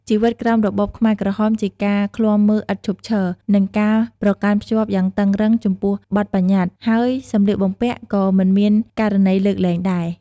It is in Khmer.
ជីវិតក្រោមរបបខ្មែរក្រហមជាការឃ្លាំមើលឥតឈប់ឈរ និងការប្រកាន់ខ្ជាប់យ៉ាងតឹងរ៉ឹងចំពោះបទប្បញ្ញត្តិ ហើយសម្លៀកបំពាក់ក៏មិនមានករណីលើកលែងដែរ។